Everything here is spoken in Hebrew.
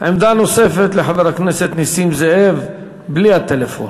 עמדה נוספת לחבר הכנסת נסים זאב, בלי הטלפון.